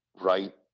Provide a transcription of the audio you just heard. right